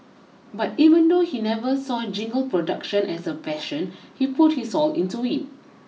but even though he never saw jingle production as a passion he put his all into it